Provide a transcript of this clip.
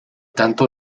tanto